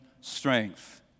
strength